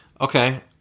okay